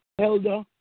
elder